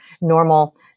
normal